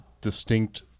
distinct